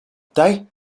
tei